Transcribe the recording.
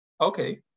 okay